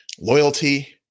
loyalty